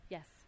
Yes